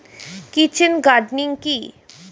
Kitchen gardening কি?